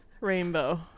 Rainbow